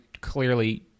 clearly